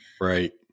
Right